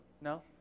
No